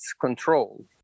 control